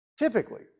Typically